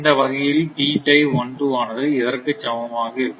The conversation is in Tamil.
இந்த வகையில் ஆனது இதற்கு சமமாக இருக்கும்